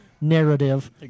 narrative